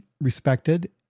respected